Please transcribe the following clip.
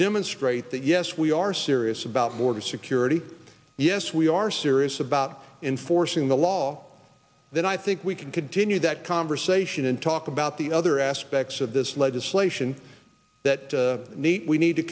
demonstrate that yes we are serious about border security yes we are syria about enforcing the law then i think we can continue that conversation and talk about the other aspects of this legislation that need we need to